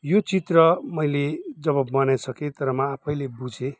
यो चित्र मैले जब बनाइसकेँ तर म आफैले बुझेँ